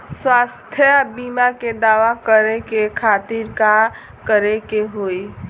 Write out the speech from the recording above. स्वास्थ्य बीमा के दावा करे के खातिर का करे के होई?